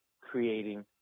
creating